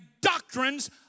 doctrines